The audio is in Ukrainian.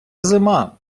зима